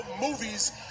movies